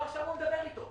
אני עכשיו אדבר איתו